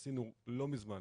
עשינו לא מזמן,